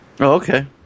Okay